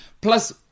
Plus